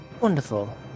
Wonderful